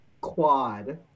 Quad